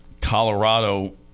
Colorado